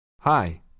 Hi